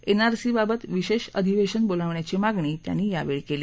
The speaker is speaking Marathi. एनआरसीबाबत विशेष अधिवेशन बोलावण्याची मागणी त्यांनी यावेळी केली